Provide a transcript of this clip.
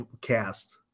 cast –